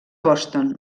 boston